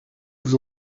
vous